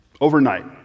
Overnight